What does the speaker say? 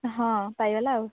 ହଁ ପାଇଗଲା ଆଉ